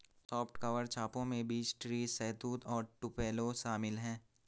soft cover छापों में beech tree, शहतूत और टुपेलो शामिल है